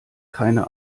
keine